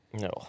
No